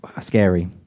scary